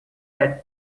than